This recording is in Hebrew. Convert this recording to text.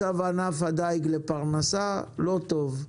מצב ענף הדיג כפרנסה לא טוב,